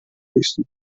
höchsten